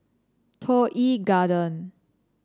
Toh Yi Garden